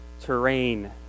terrain